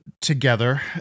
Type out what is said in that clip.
together